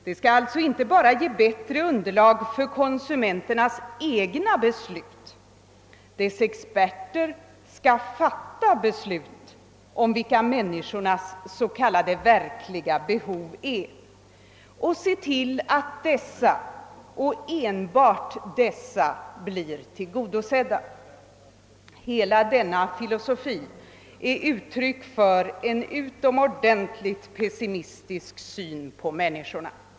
Det skall alltså inte bara ge bättre underlag för konsumenternas egna beslut, dess experter skall fatta beslut om vilka människornas s.k. verkliga behov är och se till att dessa och enbart dessa blir tillgodosedda. Hela denna filosofi är ett uttryck för en utomordentligt pessimistisk syn på människorna.